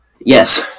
Yes